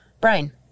brain